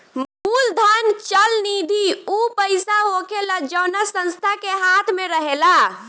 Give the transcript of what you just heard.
मूलधन चल निधि ऊ पईसा होखेला जवना संस्था के हाथ मे रहेला